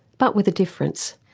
but with a difference.